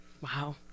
Wow